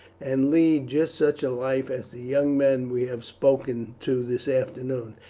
and lead just such a life as the young men we have spoken to this afternoon,